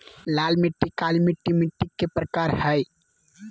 लाल मिट्टी, काली मिट्टी मिट्टी के प्रकार हय